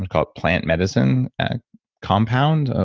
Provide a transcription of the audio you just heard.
and call it plant medicine compound. ah